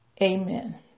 Amen